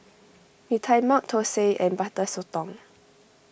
Mee Tai Mak Thosai and Butter Sotong